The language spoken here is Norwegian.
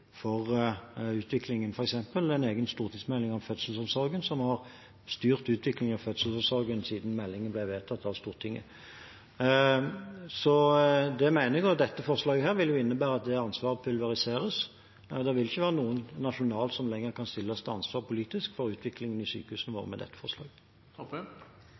for utviklingen, f.eks. en egen stortingsmelding om fødselsomsorgen, som har styrt utviklingen i fødselsomsorgen siden meldingen ble vedtatt av Stortinget. Så ja, det mener jeg. Og dette forslaget ville jo innebære at det ansvaret pulveriseres. Det vil ikke være noen nasjonalt som lenger kan stilles til ansvar politisk for utviklingen ved sykehusene